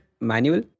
manual